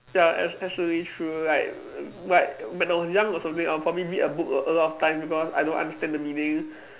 ya ab~ absolutely true like like when I was young or something I'd probably read the book a a lot of times cause I don't understand the meaning